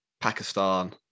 Pakistan